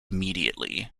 immediately